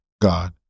God